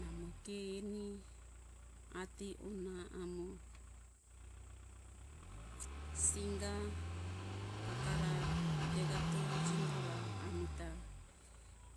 Namo ke eni ationa amo singa kakara degato jimbora amita